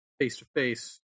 face-to-face